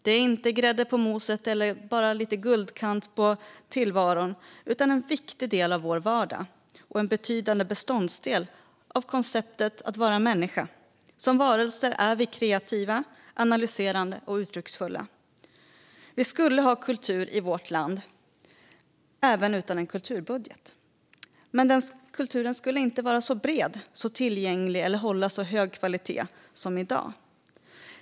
Den är inte grädden på moset eller bara en liten extra guldkant i tillvaron utan en viktig del av vår vardag och en betydande beståndsdel av konceptet att vara människa. Som varelser är vi kreativa, analyserande och uttrycksfulla. Vi skulle ha kultur i vårt land även utan en kulturbudget, men kulturen skulle inte vara så bred, så tillgänglig eller hålla så hög kvalitet som i dag.